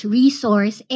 resource